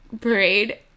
parade